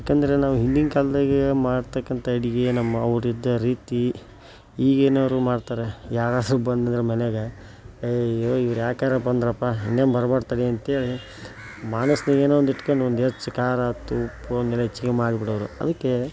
ಯಾಕಂದರೆ ನಾವು ಹಿಂದಿನ ಕಾಲದಾಗೆ ಮಾಡ್ತಕ್ಕಂಥ ಅಡುಗೆ ನಮ್ಮವರಿದ್ದ ರೀತಿ ಈಗಿನವರು ಮಾಡ್ತಾರೆ ಯಾರಾದರೂ ಬಂದರೆ ಮನೆಗೆ ಏಯ್ ಏಯ್ ಇವ್ರು ಯಾಕಾರಾ ಬಂದ್ರಪ್ಪ ಇನ್ನೇನು ಬರಬಾರ್ದು ತಡಿ ಅಂತ್ಹೇಳಿ ಮನಸ್ನಾಗೇನೊ ಒಂದು ಇಟ್ಕೊಂಡು ಒಂದು ಯೋಚಿಸಿ ಖಾರಾಯ್ತು ಉಪ್ಪೋ ಹಾಗೆಲ್ಲ ಹೆಚ್ಚಿಗೆ ಮಾಡಿಬಿಡೋರು ಅದಕ್ಕೆ